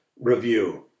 review